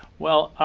well,